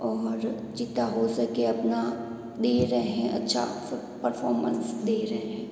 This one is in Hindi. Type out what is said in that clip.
जितना हो सके अपना दे रहे हैं अच्छा परफॉर्मेंस दे रहे हैं